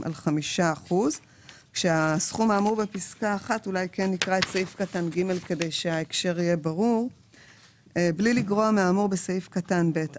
נוסיף שאחת לתקופה יהיה דיווח כללי